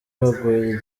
baguye